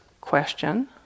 question